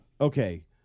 Okay